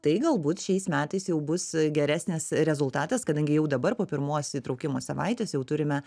tai galbūt šiais metais jau bus geresnis rezultatas kadangi jau dabar po pirmos įtraukimo savaitės jau turime